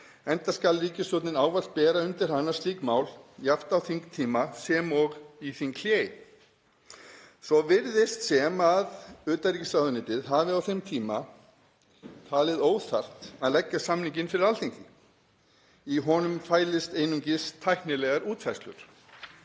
enda skal ríkisstjórnin ávallt bera undir hana slík mál, jafnt á þingtíma sem og í þinghléi. Svo virðist sem utanríkisráðuneytið hafi á þeim tíma talið óþarft að leggja samninginn fyrir Alþingi, í honum fælust einungis tæknilegar útfærslur.